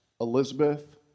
Elizabeth